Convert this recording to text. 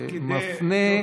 תוך כדי, תוך כדי.